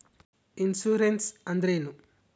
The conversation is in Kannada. ಇನ್ಸುರೆನ್ಸ್ ಅಂದ್ರೇನು?